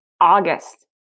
August